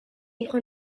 hijo